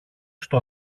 στο